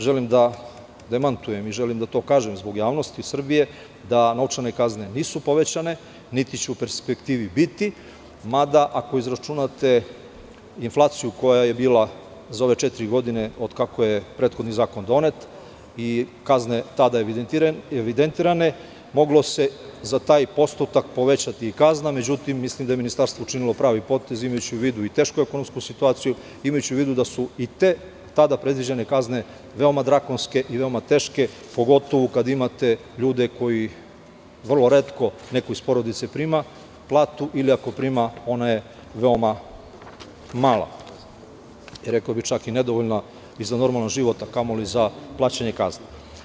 Želim da demantujem i želim da to kažem zbog javnosti Srbije da novčane kazne nisu povećane niti će u perspektivi biti, mada ako izračunate inflaciju koja je bila za ove četiri godine od kako je prethodni zakon doneti i kazne tada evidentirane, moglo se za taj postotak povećati i kazna, međutim, mislim da je ministarstvo učinilo pravi potez, imajući u vidu i tešku ekonomsku situaciju, imajući u vidu da su i te tada predviđene kazne veoma drakonske i veoma teške, pogotovo kada imate ljude koji vrlo retko neko iz porodice prima platu, ili ako prima, ona je veoma mala, rekao bih čak i nedovoljna i za normalan život, a kamoli za plaćanje kazne.